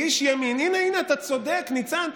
איש ימין, הינה, הינה, אתה צודק, ניצן.